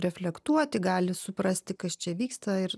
reflektuoti gali suprasti kas čia vyksta ir